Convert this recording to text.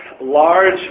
large